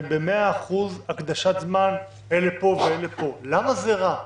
ובמאה אחוז הקדשת זמן הן לפה והן לפה, למה זה רע?